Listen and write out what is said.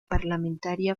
parlamentaria